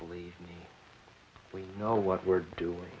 believe me we know what we're doing